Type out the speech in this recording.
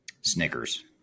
Snickers